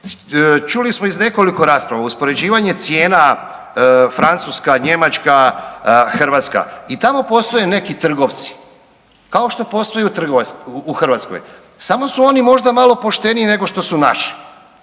Čuli smo iz nekoliko rasprava, uspoređivanje cijena Francuska – Njemačka – Hrvatska i tamo postoje neki trgovci kao što postoji u Hrvatskoj, samo su oni možda malo pošteniji nego što su naši